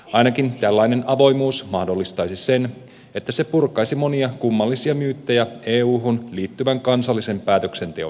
ainakin tällainen avoimuus mahdollistaisi sen että se purkaisi monia kummallisia myyttejä euhun liittyvän kansallisen päätöksenteon ympäriltä